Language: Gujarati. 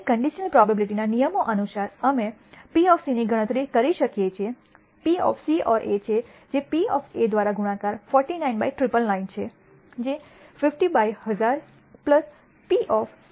હવે કન્ડિશનલ પ્રોબેબીલીટીના નિયમો અનુસાર અમે P ની ગણતરી કરી શકીએ છીએP C |A જે P દ્વારા ગુણાકાર 49 બાય 999 છે જે 50 બાય 1000 P C | Ac છે